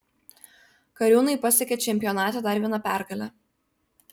kariūnai pasiekė čempionate dar vieną pergalę